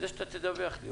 זה שאתה תדווח לי.